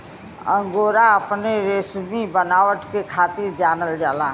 angora अपने रेसमी बनावट के खातिर जानल जाला